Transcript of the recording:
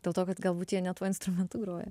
dėl to kad galbūt jie ne tuo instrumentu groja